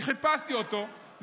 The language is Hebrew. חיפשתי אותו,